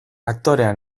aktorea